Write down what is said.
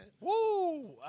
Woo